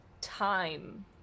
time